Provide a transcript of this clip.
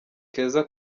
keza